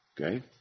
Okay